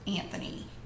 Anthony